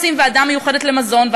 עושים ועדה מיוחדת למזון,